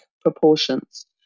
proportions